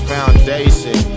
Foundation